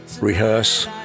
rehearse